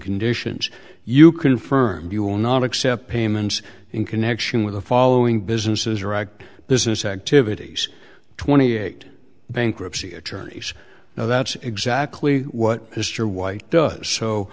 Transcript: conditions you confirm you will not accept payments in connection with the following businesses or act business activities twenty eight bankruptcy attorneys now that's exactly what mr white does so